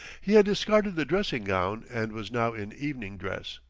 he had discarded the dressing-gown and was now in evening dress.